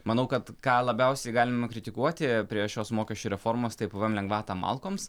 manau kad ką labiausiai galima kritikuoti prie šios mokesčių reformos tai pvm lengvatą malkoms